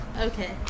Okay